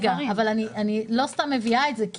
לא סתם אני מביאה את זה.